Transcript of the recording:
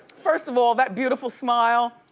first of all, that beautiful smile,